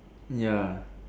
ya